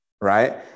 right